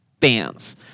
fans